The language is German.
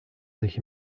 sich